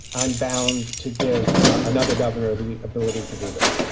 i'm bound to give another governor the ability to do this.